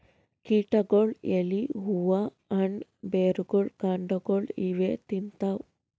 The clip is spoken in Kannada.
ಕೀಟಗೊಳ್ ಎಲಿ ಹೂವಾ ಹಣ್ಣ್ ಬೆರ್ಗೊಳ್ ಕಾಂಡಾಗೊಳ್ ಇವೇ ತಿಂತವ್